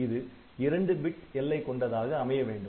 இது 2 பிட் எல்லை கொண்டதாக அமைய வேண்டும்